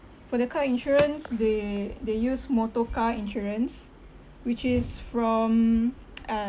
for the car insurance they they use motorcar insurance which is from uh